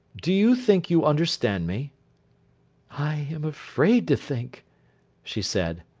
do you think you understand me i am afraid to think she said.